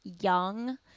young